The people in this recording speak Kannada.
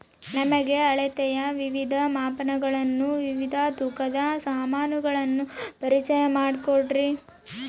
ನಮಗೆ ಅಳತೆಯ ವಿವಿಧ ಮಾಪನಗಳನ್ನು ವಿವಿಧ ತೂಕದ ಸಾಮಾನುಗಳನ್ನು ಪರಿಚಯ ಮಾಡಿಕೊಡ್ರಿ?